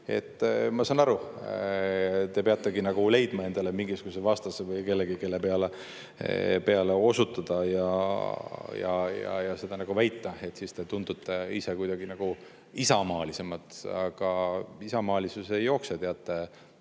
Ma saan aru, te peategi leidma endale mingisuguse vastase või kellegi, kelle peale osutada ja seda väita, et siis te tundute ise kuidagi nagu isamaalisem. Aga isamaalisus ei jookse ainult